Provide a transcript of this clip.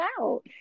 out